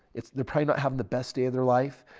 it's they're probably not having the best day of their life.